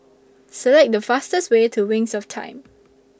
Select The fastest Way to Wings of Time